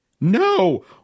No